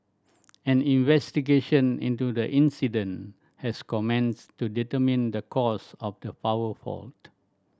an investigation into the incident has commenced to determine the cause of the power fault